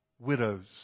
Widows